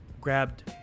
grabbed